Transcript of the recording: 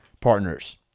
partners